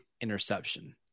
interception